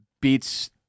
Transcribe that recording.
beats